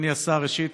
אדוני השר, ראשית,